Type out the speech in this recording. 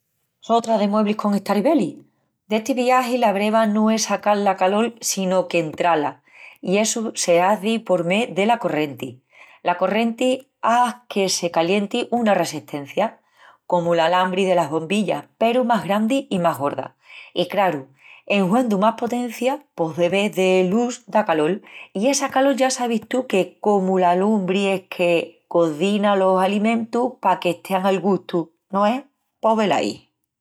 Sotra de mueblis con estaribelis. D'esti viagi la breva no es sacal la calol sino que entrá-la. I essu se hazi por mé dela corrienti. La corrienti has que se calienti una resestencia, comu l'alambri delas bombillas peru más grandi i más gorda. I craru, en huendu más potencia, pos de vés de lus da calol i essa calol ya sabis tú que, comu la lumbri es la que cozina los alimentus paque estean al tu gustu, no es? Pos velaí!